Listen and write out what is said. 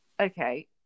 okay